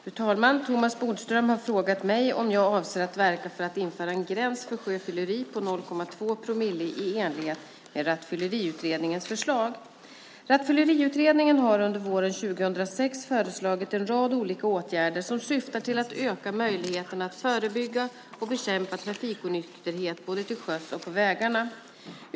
Fru talman! Thomas Bodström har frågat mig om jag avser att verka för att införa en gräns för sjöfylleri på 0,2 promille i enlighet med Rattfylleriutredningens förslag. Rattfylleriutredningen har under våren 2006 föreslagit en rad olika åtgärder som syftar till att öka möjligheterna att förebygga och bekämpa trafikonykterhet både till sjöss och på vägarna.